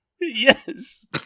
Yes